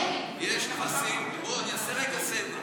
אני אעשה רגע סדר.